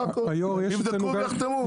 יבדקו ויחתמו.